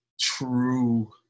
true